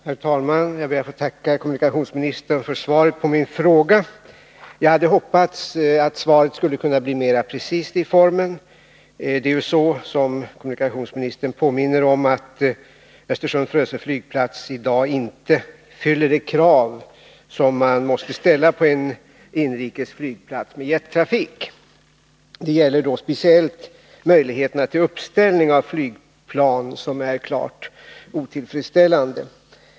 Herr talman! Jag ber att få tacka kommunikationsministern för svaret på min fråga. Jag hade hoppats att svaret skulle kunna bli mer precist i formen. Det är ju så, som kommunikationsministern påminner om, att Östersund/Frösö flygplats i dag inte uppfyller de krav som man måste ställa på en inrikesflygplats med jettrafik. Det gäller speciellt möjligheterna till uppställning av flygplan, som är klart otillfredsställande.